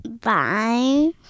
Bye